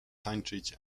tańczyć